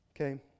Okay